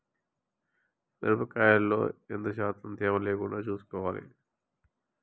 మిరప కాయల్లో ఎంత శాతం తేమ లేకుండా చూసుకోవాలి?